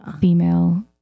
female